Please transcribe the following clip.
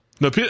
No